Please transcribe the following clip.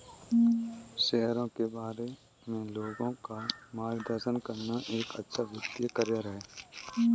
शेयरों के बारे में लोगों का मार्गदर्शन करना एक अच्छा वित्तीय करियर है